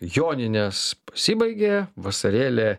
joninės pasibaigė vasarėlė